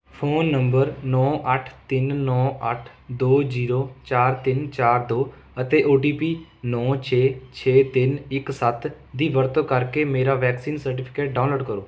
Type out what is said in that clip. phone number ਨੌ ਅੱਠ ਤਿੰਨ ਨੌ ਅੱਠ ਦੋ ਜ਼ੀਰੋ ਚਾਰ ਤਿੰਨ ਚਾਰ ਦੋ ਅਤੇ ਓ ਟੀ ਪੀ ਨੌ ਛੇ ਛੇ ਤਿੰਨ ਇੱਕ ਸੱਤ ਦੀ ਵਰਤੋਂ ਕਰਕੇ ਮੇਰਾ ਵੈਕਸੀਨ ਸਰਟੀਫਿਕੇਟ ਡਾਊਨਲੋਡ ਕਰੋ